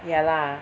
ya lah